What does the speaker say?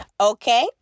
Okay